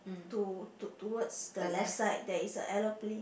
to~ to~ towards the left side there is a aeroplane